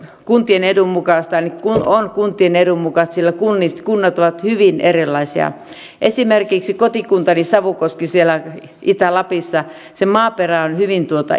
kuntien edun mukaista on kuntien edun mukaista sillä kunnat ovat hyvin erilaisia esimerkiksi kotikuntani savukoski siellä itä lapissa se maaperä on hyvin